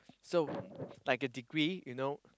so like a degree you know